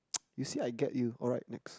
you see I get you alright next